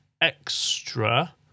extra